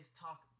talk